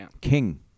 King